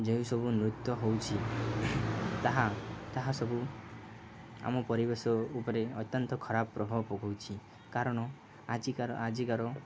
ଯେଉଁ ସବୁ ନୃତ୍ୟ ହେଉଛି ତାହା ତାହା ସବୁ ଆମ ପରିବେଶ ଉପରେ ଅତ୍ୟନ୍ତ ଖରାପ ପ୍ରଭାବ ପକଉଛିି କାରଣ ଆଜିକାର ଆଜିକାର